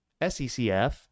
SECF